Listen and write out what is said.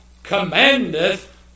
commandeth